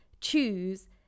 choose